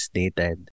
dated